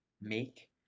make